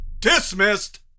Dismissed